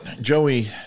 Joey